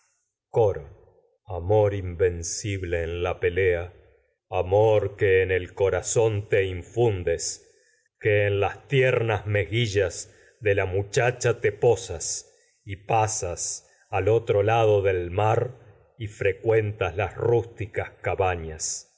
el amor invencible te en la pelea amor que en corazón infundes posas que en las tiernas mejillas de la del se muchacha cuentas te y pasas al otro lado de ti no mar y fre las rústicas cabanas